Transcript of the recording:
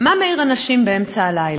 מה מעיר אנשים באמצע הלילה?